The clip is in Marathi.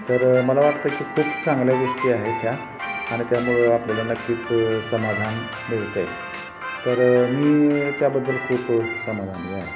तर मला वाटतं की खूप चांगल्या गोष्टी आहे ह्या आणि त्यामुळं आपल्याला नक्कीच समाधान मिळतं आहे तर मी त्याबद्दल खूप समाधानी आहे